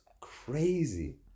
crazy